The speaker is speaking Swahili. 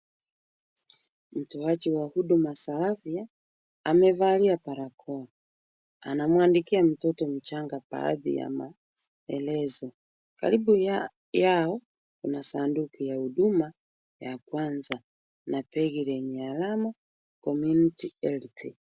Mtoaji wa huduma za afya amevalia barakoa, anamuandikia mtoto mchanga baadhi ya maelezo. Karibu yao kuna sanduku ya huduma ya kwanza na begi lenye alama, Community Health .